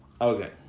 okay